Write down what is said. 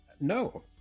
no